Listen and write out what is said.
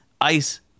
ice